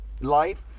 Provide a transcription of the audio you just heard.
life